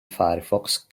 firefox